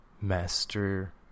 master